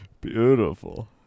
Beautiful